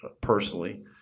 personally